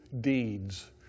deeds